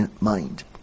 mind